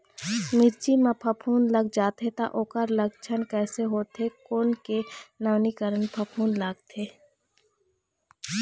मिर्ची मा फफूंद लग जाथे ता ओकर लक्षण कैसे होथे, कोन के नवीनीकरण फफूंद लगथे?